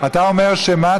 אתה אומר שמה?